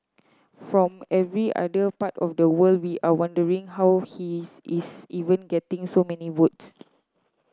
from every other part of the world we are wondering how he is is even getting so many votes